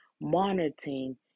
monitoring